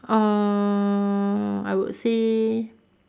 uh I would say